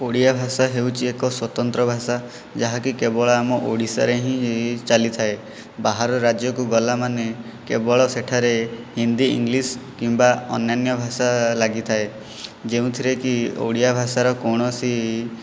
ଓଡ଼ିଆ ଭାଷା ହେଉଛି ଏକ ସ୍ୱତନ୍ତ୍ର ଭାଷା ଯାହାକି କେବଳ ଆମ ଓଡ଼ିଶାରେ ହିଁ ଚାଲିଥାଏ ବାହାର ରାଜ୍ୟକୁ ଗଲାମାନେ କେବଳ ସେଠାରେ ହିନ୍ଦୀ ଇଂଲିଶ୍ କିମ୍ବା ଅନ୍ୟାନ୍ୟ ଭାଷା ଲାଗିଥାଏ ଯେଉଁଥିରେ କି ଓଡ଼ିଆ ଭାଷାର କୌଣସି